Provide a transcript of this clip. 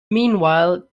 meanwhile